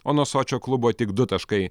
o nuo sočio klubo tik du taškai